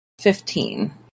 Fifteen